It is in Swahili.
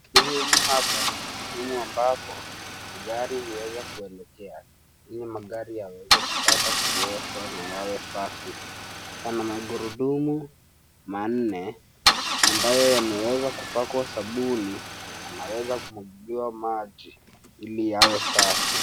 Sehemu hapa, ni sehemu ambapo gari huweza kuelekea ili magari yaweze kupata kuoshwa na yawe safi. Pana magurudumu manne ambayo yameweza kupakwa sabuni na yanaweza kumwagiliwa maji ili yawe safi.